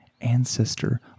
ancestor